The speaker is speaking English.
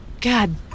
God